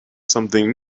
something